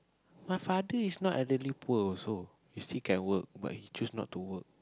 my father is not elderly poor also he still can work but he choose not to work